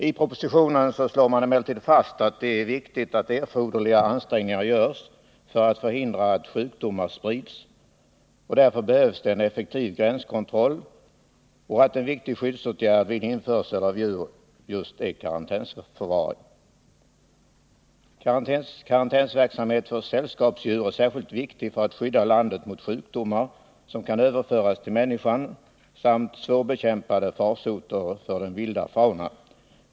I propositionen slås emellertid fast, att det är viktigt att erforderliga ansträngningar görs för att förhindra att sjukdomar sprids, att det därför behövs en effektiv gränskontroll och att en viktig skyddsåtgärd vid införsel av djur är karantänsförvaring. Karantänsverksamhet för sällskapsdjur är särskilt viktig för att skydda landet mot sjukdomar som kan överföras till människan samt mot svårbekämpade farsoter för den vilda faunan.